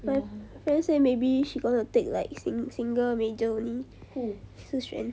my friend say maybe she gonna take like sin~ single major only shi xuan